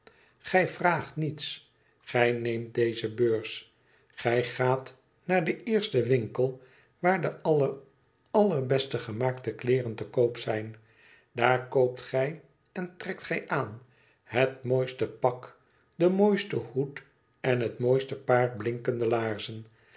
gij vraagt niets gij neemt deze beurs gij gaat naar den eersten winkel waar de aller allerbeste gemaakte kleeren te koop zijn daar koopt gij en trekt gij aan het mooiste pak den mooisten hoed en het mooiste paar blinkende laarzen